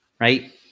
right